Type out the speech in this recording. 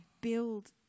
build